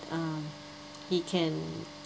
um he can